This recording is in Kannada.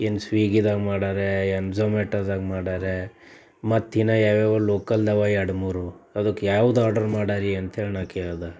ಏನು ಸ್ವೀಗಿದಾಗೆ ಮಾಡಾರ್ಯಾ ಏನು ಝೊಮ್ಯಾಟದಾಗ ಮಾಡಾರ್ಯಾ ಮತ್ತೆ ಇನ್ನು ಯಾವುಯಾವೋ ಲೋಕಲ್ದಿವೆ ಎರ್ಡು ಮೂರು ಅದಕ್ಕೆ ಯಾವ್ದು ಆರ್ಡರ್ ಮಾಡಾರಿ ಅಂಥೇಳಿ ನಾ ಕೇಳ್ದೆ